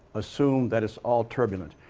assume that it's all turbulent.